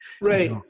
Right